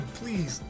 please